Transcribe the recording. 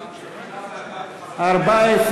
14,